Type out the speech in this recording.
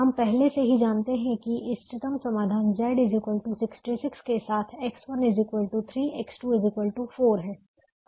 हम पहले से ही जानते हैं कि इष्टतम समाधान Z 66 के साथ X1 3 X2 4 है